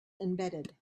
embedded